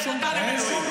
אל תגייס אותו.